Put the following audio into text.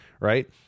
right